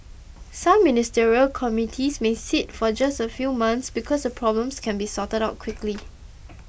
some ministerial committees may sit for just a few months because the problems can be sorted out quickly